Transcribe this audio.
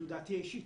זו דעתי האישית,